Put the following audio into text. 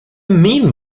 mean